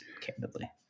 candidly